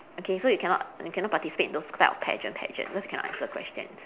okay so you cannot cannot participate in those type of pageant pageant cause you cannot answer questions